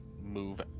move